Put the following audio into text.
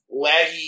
laggy